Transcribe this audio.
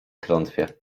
klątwie